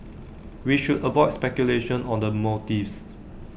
we should avoid speculation on the motives